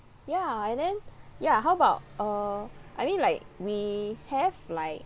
ya and then ya how about uh I mean like we have like